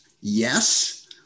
yes